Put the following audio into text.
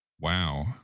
wow